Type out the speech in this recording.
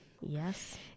yes